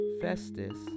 Festus